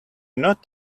not